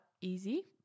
easy